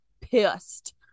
pissed